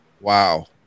Wow